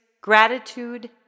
gratitude